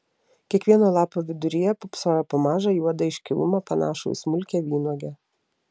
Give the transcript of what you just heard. kiekvieno lapo viduryje pūpsojo po mažą juodą iškilumą panašų į smulkią vynuogę